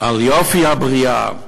על יפי הבריאה,